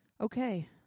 Okay